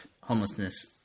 homelessness